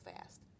fast